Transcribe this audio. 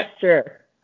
Sure